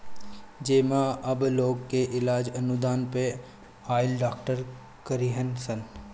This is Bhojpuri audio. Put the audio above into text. जेमे अब लोग के इलाज अनुदान पे आइल डॉक्टर करीहन सन